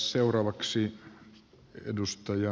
arvoisa puhemies